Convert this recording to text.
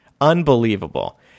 Unbelievable